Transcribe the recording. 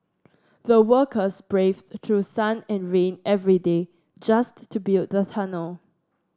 the workers braved through sun and rain every day just to build the tunnel